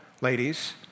ladies